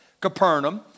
Capernaum